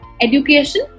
education